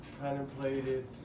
contemplated